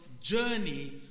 journey